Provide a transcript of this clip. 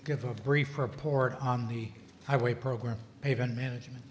give a brief report on the highway program haven management